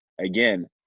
again –